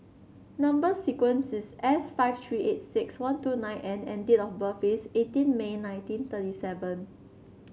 number sequence is S five three eight six one two nine N and date of birth is eighteen May nineteen thirty seven